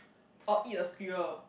or eat a squirrel